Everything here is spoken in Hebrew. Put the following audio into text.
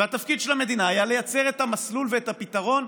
והתפקיד של המדינה היה לייצר את המסלול ואת הפתרון,